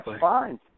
fine